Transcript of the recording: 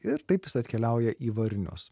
ir taip jis atkeliauja į varnius